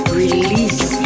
release